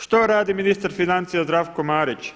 Što radi ministar financija Zdravko Marić?